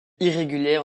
irrégulière